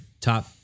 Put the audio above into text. top